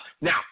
Now